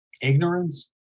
ignorance